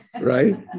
right